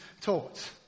taught